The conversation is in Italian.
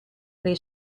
nei